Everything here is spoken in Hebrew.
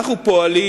אנחנו פועלים,